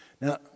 Now